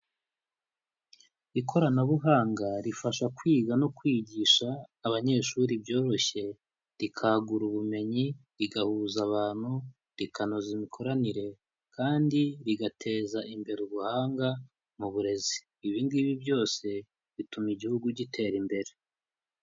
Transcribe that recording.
Ikoranabuhanga rifasha kwiga no kwigisha abanyeshuri byoroshye, rikagura ubumenyi, rigahuza abantu, rikanoza imikoranire kandi rigateza imbere ubuhanga mu burezi. Ibi ngibi byose bituma igihugu gitera imbere.